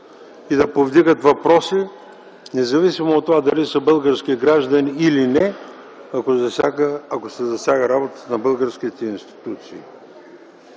и да повдигат въпроси, независимо дали са български граждани или не, ако се засяга работата на българските институции.